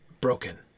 Broken